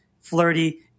flirty